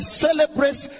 celebrates